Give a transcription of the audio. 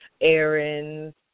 errands